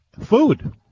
food